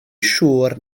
siŵr